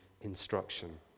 instruction